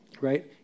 right